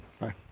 Bye